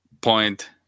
point